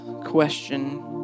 question